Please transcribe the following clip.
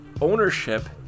ownership